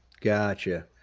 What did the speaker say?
Gotcha